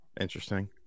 interesting